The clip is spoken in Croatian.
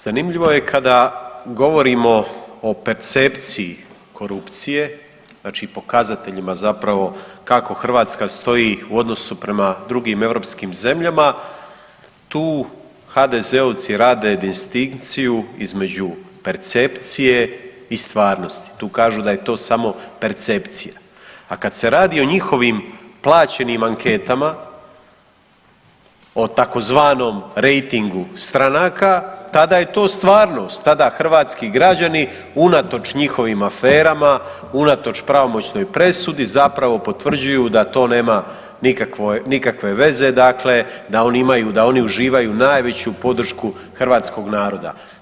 Zanimljivo je kada govorimo o percepciji korupcije znači pokazateljima zapravo kako Hrvatska stoji u odnosu prema drugim europskim zemljama, tu HDZ-ovci rade distinkciju između percepcije i stvarnosti, tu kažu da je to samo percepcija, a kada se radio o njihovim plaćenim anketama, o tzv. rejtingu stranaka, tada je to stvarnost, tada hrvatski građani unatoč njihovim aferama, unatoč pravomoćnoj presudi zapravo potvrđuju da to nema nikakve veze dakle, da oni imaju, da oni uživaju najveću podršku hrvatskog naroda.